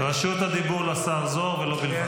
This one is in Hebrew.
רשות הדיבור לשר זוהר ולו בלבד.